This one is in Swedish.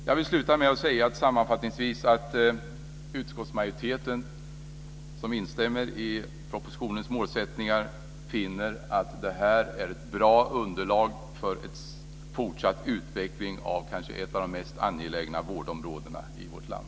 Jag vill sluta med att säga sammanfattningsvis att utskottsmajoriteten, som instämmer i propositionens målsättningar, finner att det här är ett bra underlag för en fortsatt utveckling av kanske ett av de mest angelägna vårdområdena i vårt land.